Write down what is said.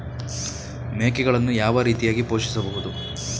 ಮೇಕೆಗಳನ್ನು ಯಾವ ರೀತಿಯಾಗಿ ಪೋಷಿಸಬಹುದು?